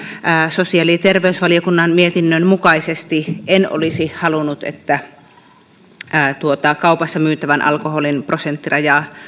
sosiaali ja terveysvaliokunnan mietinnön mukaisesti en olisi halunnut että kaupassa myytävän alkoholin prosenttirajaa